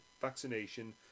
vaccination